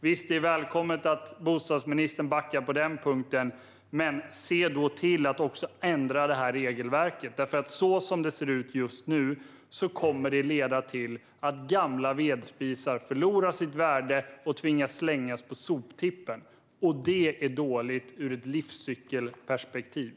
Visst, det är välkommet att bostadsministern backar på den punkten. Men se då till att också ändra regelverket! Som det ser ut just nu kommer det att leda till att gamla vedspisar förlorar sitt värde och tvingas till soptippen, och det är dåligt ur ett livscykelperspektiv.